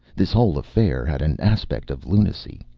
this whole affair had an aspect of lunacy.